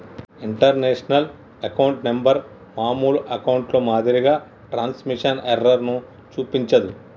international account number మామూలు అకౌంట్లో మాదిరిగా ట్రాన్స్మిషన్ ఎర్రర్ ను చూపించదు